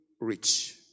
rich